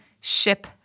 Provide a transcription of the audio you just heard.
ship